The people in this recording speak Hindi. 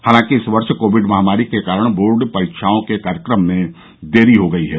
हालांकि इस वर्ष कोविड महामारी के कारण बोर्ड परीक्षाओं के कार्यक्रम में देरी की गई है